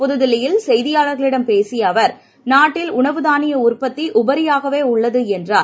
புது தில்லியில் செய்தியாளர்களிடம் பேசிய அவர் நாட்டில் உணவு தானிய உற்பத்தி உபரியாகவே உள்ளது என்றார்